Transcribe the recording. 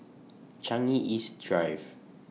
Changi East Drive